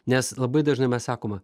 nes labai dažnai mes sakoma